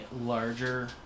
larger